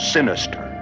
Sinister